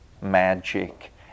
magic